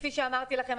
כפי שאמרתי לכם,